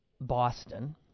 Boston